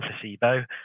placebo